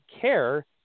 care